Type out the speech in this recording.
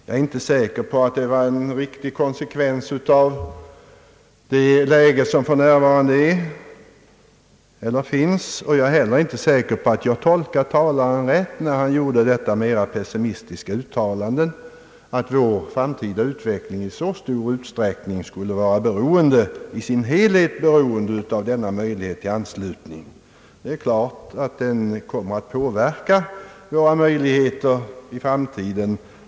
Jag är inte säker på att detta är en riktig konsekvens av det läge som för närvarande råder. Jag är heller inte säker på att jag tolkar talaren rätt beträffande detta mera pessimistiska uttalande, att vår framtida utveckling i så stor utsträckning skulle vara i sin helhet beroende av en anslutning. Det är klart att en sådan kommer att påverka våra möjligheter i framtiden.